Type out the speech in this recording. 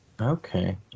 Okay